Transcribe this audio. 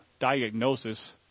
diagnosis